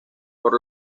por